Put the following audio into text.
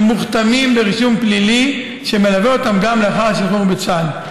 הם מוכתמים ברישום פלילי שמלווה אותם גם לאחר השחרור מצה"ל.